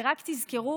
ורק תזכרו